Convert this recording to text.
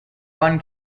run